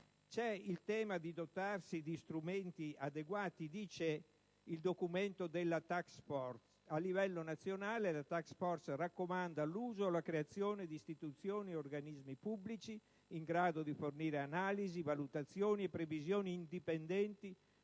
necessità di dotarsi di strumenti adeguati, come prevede il documento della *task* *force*. A livello nazionale la *task force* raccomanda l'uso o la creazione di istituzioni e organismi pubblici in grado di fornire analisi, valutazioni e previsioni indipendenti